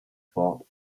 fought